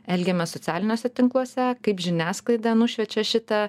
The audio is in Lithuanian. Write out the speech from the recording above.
elgiamės socialiniuose tinkluose kaip žiniasklaida nušviečia šitą